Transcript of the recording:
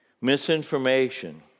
Misinformation